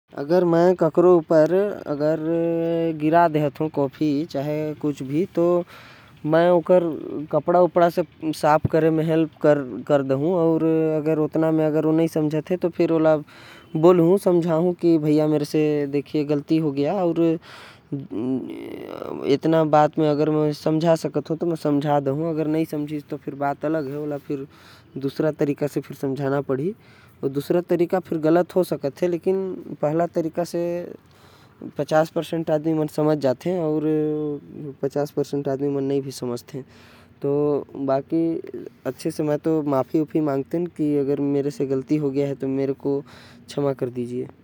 मैं अगर मैं केकरो ऊपर कॉफी गिरादेहु या कुछ भी तो। ओकर बर ओके साफ करे बर कपड़ा देहु माफ़ी मांग हु। अब नहिये मान ही तो दूसरा तरीका ले बोल हु जेकर ले हो हर अउ। मै दोनों तकलीफ में आ जाब एकर बर मै तो ओकर ले माफ़ी ही मांग हु।